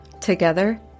Together